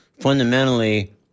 fundamentally